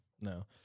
no